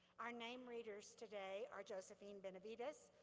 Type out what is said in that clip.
our name readers today are josephine benavidez,